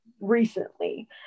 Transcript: recently